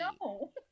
no